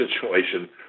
situation